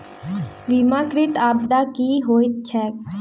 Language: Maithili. बीमाकृत आपदा की होइत छैक?